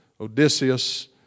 Odysseus